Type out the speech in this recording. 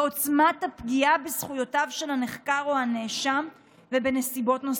בעוצמת הפגיעה בזכויותיו של הנחקר או הנאשם ובנסיבות נוספות.